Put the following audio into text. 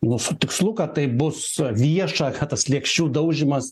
nu su tikslu kad tai bus vieša kad tas lėkščių daužymas